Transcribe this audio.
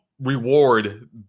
reward